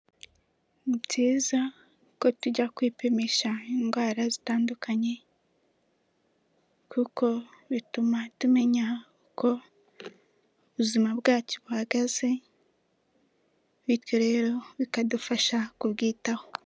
Ni byiza ko tujya kwipimisha indwara zitandukanye kuko bituma tumenya uko ubuzima bwacu buhagaze bityo rero bikadufasha kubwitaho.